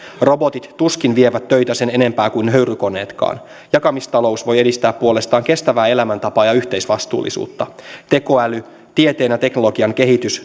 robotit tuskin vievät töitä sen enempää kuin höyrykoneetkaan jakamistalous voi edistää puolestaan kestävää elämäntapaa ja yhteisvastuullisuutta tekoäly tieteen ja teknologian kehitys